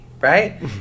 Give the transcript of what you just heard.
Right